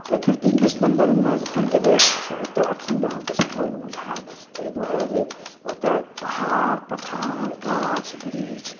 आ प्रकृतिक संदर्भमे जहन जेबै तऽ उत्तराखंड अहाँके स्वर्ग बुझायत एहि दुआरे जे ओतऽ पहाड़ पठार गाछ वृक्ष